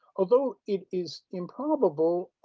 although it is improbable,